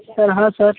sir हाँ sir